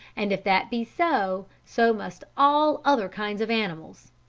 and if that be so, so must all other kinds of animals.